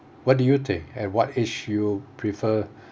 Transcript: what do you think and what age you prefer